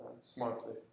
smartly